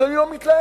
אז אני לא מתלהם,